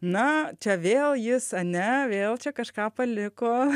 na čia vėl jis anne vėl čia kažką paliko